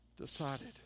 decided